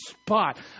spot